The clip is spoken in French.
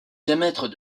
diamètres